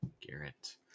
Garrett